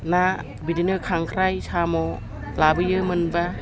ना बिदिनो खांख्राइ साम' लाबोयो मोनोबा